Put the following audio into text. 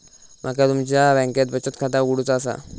माका तुमच्या बँकेत बचत खाता उघडूचा असा?